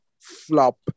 Flop